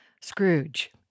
Scrooge